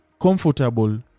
comfortable